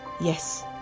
Yes